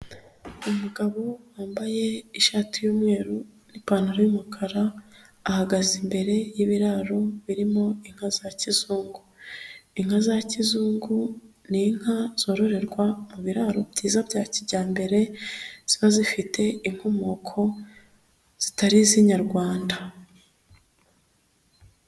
Umugabo wambaye ishati y'umweru n'ipantaro y'umukara ahagaze imbere y'ibiraro birimo inka za kizungu, inka za kizungu ni inka zororerwa mu biraro byiza bya kijyambere ziba zifite inkomoko zitari izinyarwanda.